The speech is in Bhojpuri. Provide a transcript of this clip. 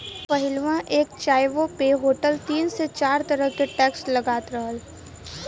पहिलवा एक चाय्वो पे होटल तीन से चार तरह के टैक्स लगात रहल